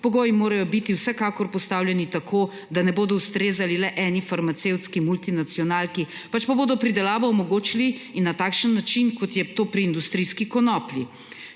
Pogoji morajo biti vsekakor postavljeni tako, da ne bodo ustrezali le eni farmacevtski multinacionalki, pač pa bodo pridelavo omogočili na takšen način, kot je to pri industrijski konoplji.